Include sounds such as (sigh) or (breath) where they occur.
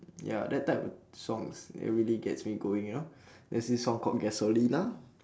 (noise) ya that type of songs that really gets me going you know (breath) there's this song called gasolina